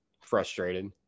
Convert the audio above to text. frustrated